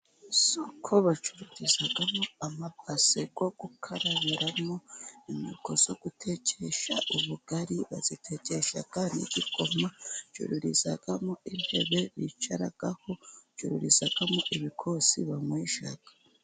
Isoko bacururizamo amabase yo gukarabiramo, imyuko yo gutekesha ubugari, bazitekesha n'igikoma, bacururizamo intebe bicaraho, bacururizamo ibikosi banywesha.